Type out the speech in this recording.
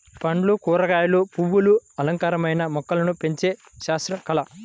పండ్లు, కూరగాయలు, పువ్వులు అలంకారమైన మొక్కలను పెంచే శాస్త్రం, కళ